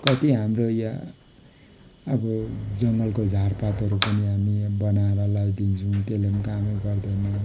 कति हाम्रो यहाँ अब जङ्गलको झारपातहरू पनि हामी बनाएर ल्याइदिन्छौँ त्यसले पनि काम नै गर्दैन